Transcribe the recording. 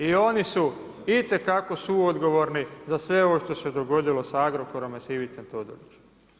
I oni su itekako suodgovorni za sve ovo što se dogodilo sa Agrokorom i sa Ivicom Todorićem.